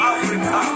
Africa